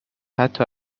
حتی